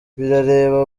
birareba